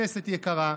כנסת יקרה,